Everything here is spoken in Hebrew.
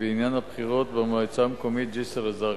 בעניין הבחירות במועצה המקומית ג'סר-א-זרקא.